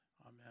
Amen